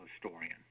historian